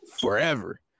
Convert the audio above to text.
forever